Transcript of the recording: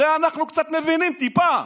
הרי אנחנו קצת מבינים, טיפה,